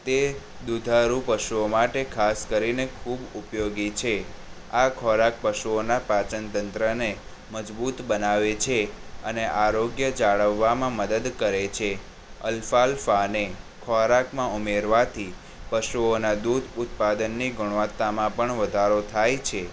તે દૂધારૂ પશુઓ માટે ખાસ કરીને ખૂબ ઉપયોગી છે આ ખોરાક પશુઓનાં પાચન તંત્રને મજબૂત બનાવે છે અને આરોગ્ય જાળવવામાં મદદ કરે છે અલ્ફાલ્ફાને ખોરાકમાં ઉમેરવાથી પશુઓનાં દૂધ ઉત્પાદનની ગુણવત્તામાં પણ વધારો થાય છે